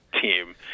team